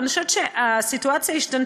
אבל אני חושבת שהסיטואציה השתנתה.